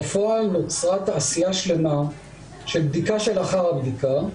בפועל נוצרה תעשייה שלמה של בדיקה של אחר הבדיקה.